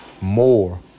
more